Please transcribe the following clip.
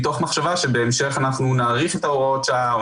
מתוך מחשבה שבהמשך אנחנו נאריך את הוראות שעה או